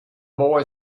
boy